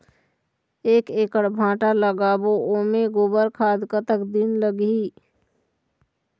एक एकड़ भांटा लगाबो ओमे गोबर खाद कतक लगही?